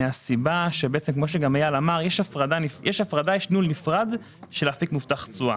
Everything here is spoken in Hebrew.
יש הפרדה, יש ניהול נפרד של אפיק מובטח תשואה.